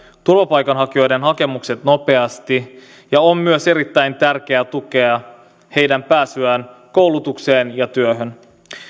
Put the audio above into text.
turvapaikanhakijoiden hakemukset nopeasti ja on myös erittäin tärkeää tukea heidän pääsyään koulutukseen ja työhön